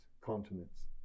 continents